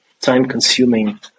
time-consuming